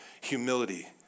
humility